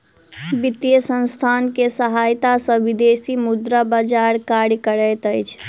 वित्तीय संसथान के सहायता सॅ विदेशी मुद्रा बजार कार्य करैत अछि